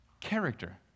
character